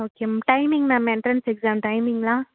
okay ma'am timing ma'am entrance exam டைமிங்கெல்லாம்